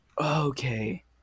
Okay